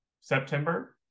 September